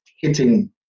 hitting